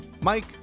Mike